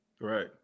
Right